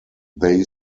they